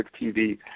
TV